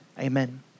Amen